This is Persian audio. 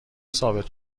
ثابت